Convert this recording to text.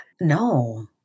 no